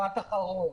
משפט אחרון.